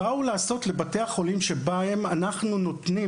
הן באו לעשות לבתי החולים שבהם אנחנו נותנים